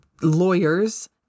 lawyers